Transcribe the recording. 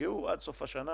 שנפגעו עד סוף השנה.